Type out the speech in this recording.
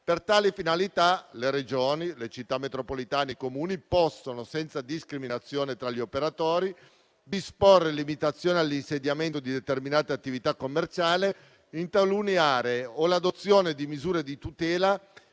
Per tale finalità, le Regioni, le Città metropolitane, e i Comuni possono, senza discriminazione tra gli operatori, disporre limitazioni all'insediamento di determinate attività commerciali in talune aree o l'adozione di misure di tutela